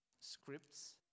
scripts